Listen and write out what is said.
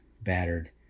battered